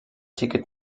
ticket